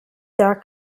der